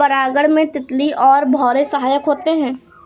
परागण में तितली और भौरे सहायक होते है